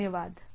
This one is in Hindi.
धन्यवाद